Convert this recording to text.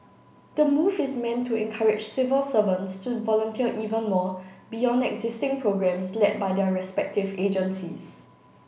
the move is meant to encourage civil servants to volunteer even more beyond existing programmes led by their respective agencies